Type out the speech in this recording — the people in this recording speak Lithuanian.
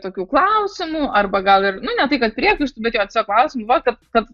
tokių klausimų arba gal ir nu ne tai kad priekaištų bet tiesiog klausimų va kad kad